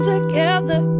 together